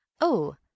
Oh